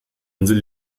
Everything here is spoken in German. insel